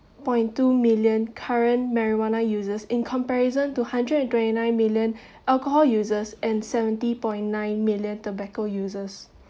point two million current marijuana users in comparison two hundred and twenty nine million alcohol users and seventy point nine million tobacco users